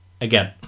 again